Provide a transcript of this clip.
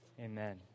amen